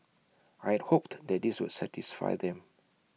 I hoped that this would satisfy them